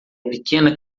pequena